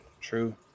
True